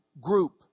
group